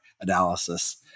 analysis